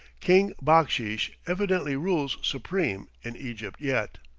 king backsheesh evidently rules supreme in egypt yet.